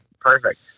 Perfect